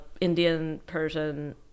Indian-Persian